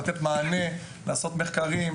לעשות מחקרים,